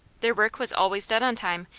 their work was always done on time,